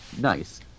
nice